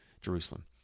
jerusalem